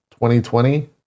2020